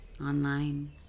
online